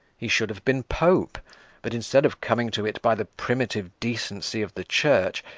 he should have been pope but instead of coming to it by the primitive decency of the church,